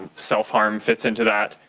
self harm fits into that.